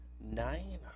Nine